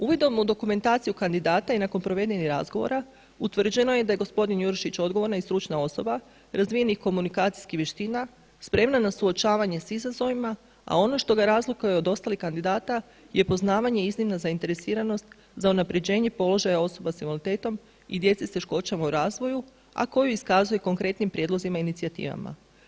Uvidom u dokumentaciju kandidata i nakon provedenih razgovora utvrđeno je da je gospodin Jurišić odgovorna i stručna osoba razvijenih komunikacijskih vještina, spremna na suočavanje s izazovima, a ono što ga razlikuje od ostalih kandidata je poznavanje i iznimna zainteresiranost za unaprjeđenje položaja osoba s invaliditetom i djece s teškoćama u razvoju, a koju iskazuje konkretnim prijedlozima i inicijativama.